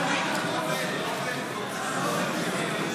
דרך מינוי מועצת תאגיד השידור הישראלי),